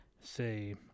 say